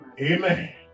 Amen